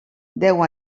deu